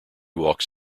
walks